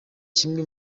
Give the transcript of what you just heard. kimwe